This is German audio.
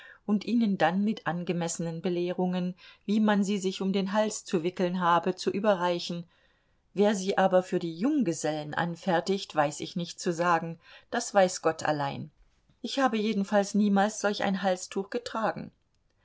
und ihnen dann mit angemessenen belehrungen wie man sie sich um den hals zu wickeln habe zu überreichen wer sie aber für die junggesellen anfertigt weiß ich nicht zu sagen das weiß gott allein ich habe jedenfalls niemals solch ein halstuch getragen